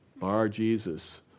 Bar-Jesus